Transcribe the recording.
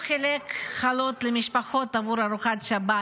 הוא חילק חלות למשפחות עבור ארוחת שבת